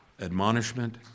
admonishment